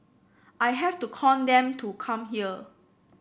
I have to con them to come here